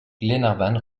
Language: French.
glenarvan